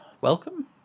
Welcome